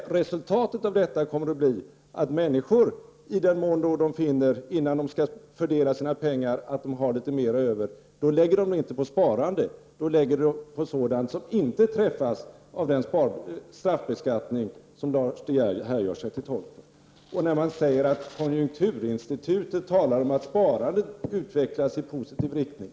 Nej, resultatet kommer att bli att människor efter att ha funnit att de har litet mera över och innan de skall fördela sina pengar väljer att inte lägga pengarna på sparande utan på sådant som inte träffas av den straffbeskattning som Lars De Geer här gör sig till tolk för. Konjunkturinstitutet lär tala om att sparandet utvecklas i positiv riktning.